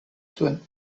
zuen